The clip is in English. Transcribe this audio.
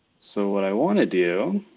so what i wanna do